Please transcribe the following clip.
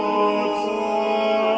or